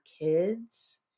kids